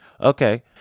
Okay